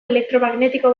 elektromagnetiko